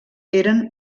eren